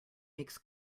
makes